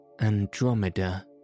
Andromeda